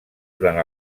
durant